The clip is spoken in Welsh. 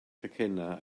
chacennau